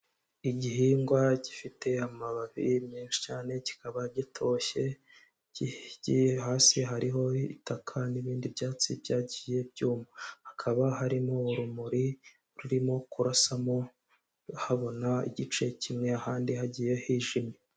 Igihingwa gifite amababi menshi cyane, kikaba gitoshye gihingiye hasi hariho itaka n'ibindi byatsi byagiye byuma, hakaba harimo urumuri rurimo kurasamo habona igice kimwe ahandi hagiye hijimye.